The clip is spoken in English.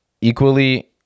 equally